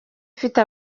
ifite